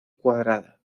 cuadrada